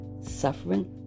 suffering